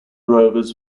rovers